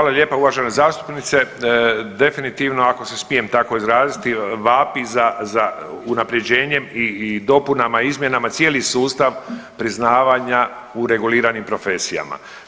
Hvala lijepa uvažena zastupnice, definitivno ako se smijem tako izraziti vapi za, za unapređenjem i dopunama i izmjenama cijeli sustav priznavanja u reguliranim profesijama.